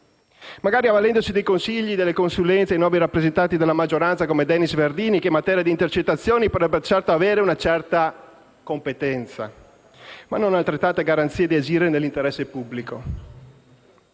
magari avvalendosi dei consigli e delle consulenze di nuovi rappresentanti della maggioranza come Denis Verdini che, in materia di intercettazioni, potrebbero certo avere una certa competenza, ma non altrettanta garanzia di agire nell'interesse pubblico.